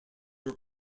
were